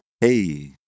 Hey